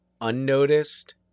unnoticed